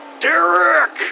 Derek